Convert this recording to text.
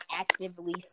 actively